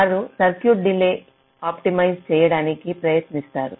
అవి సర్క్యూట్ డిలేని ఆప్టిమైజ్ చేయడానికి ప్రయత్నిస్తాయి